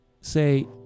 say